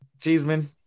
Cheeseman